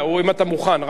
אם אתה מוכן.